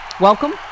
welcome